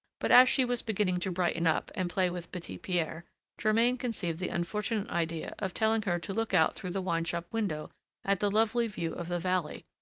but as she was beginning to brighten up and play with petit-pierre, germain conceived the unfortunate idea of telling her to look out through the wine-shop window at the lovely view of the valley,